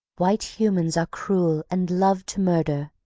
white humans are cruel, and love to murder.